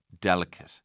delicate